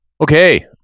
Okay